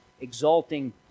exalting